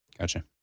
Gotcha